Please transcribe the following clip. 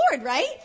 right